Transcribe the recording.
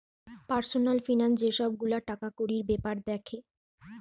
personal finance যে সব গুলা টাকাকড়ির বেপার দ্যাখে